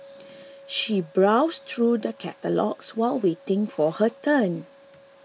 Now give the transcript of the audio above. she browsed through the catalogues while waiting for her turn